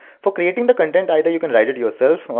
for creating the content either you can write it yourself,